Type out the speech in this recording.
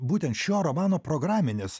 būtent šio romano programinis